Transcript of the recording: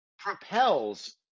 propels